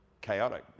chaotic